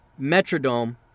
Metrodome